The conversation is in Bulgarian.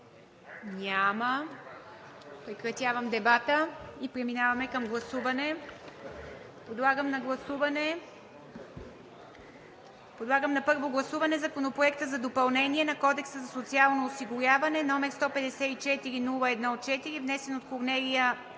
Няма. Прекратявам дебата и преминаваме към гласуване. Подлагам на първо гласуване Законопроект за допълнение на Кодекса за социално осигуряване, № 154-01-4, внесен от Корнелия